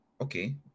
okay